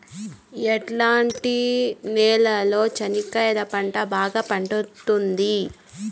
ఎట్లాంటి నేలలో చెనక్కాయ పంట బాగా పండుతుంది?